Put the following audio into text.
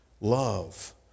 love